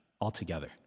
altogether